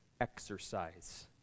Exercise